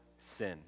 sin